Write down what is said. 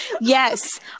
yes